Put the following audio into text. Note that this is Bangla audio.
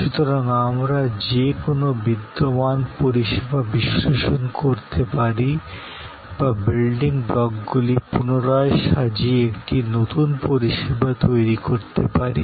সুতরাং আমরা যে কোনও বিদ্যমান পরিষেবা বিশ্লেষণ করতে পারি বা বিল্ডিং ব্লকগুলি পুনরায় সাজিয়ে একটি নতুন পরিষেবা তৈরি করতে পারি